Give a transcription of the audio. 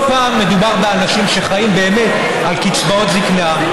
לא פעם מדובר באנשים שחיים באמת על קצבאות זקנה,